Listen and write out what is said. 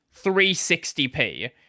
360p